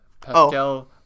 Pascal